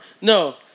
No